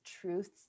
truths